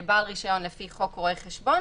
בעל רישיון לפי חוק רואי חשבון